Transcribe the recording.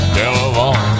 telephone